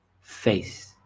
face